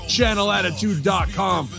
Channelattitude.com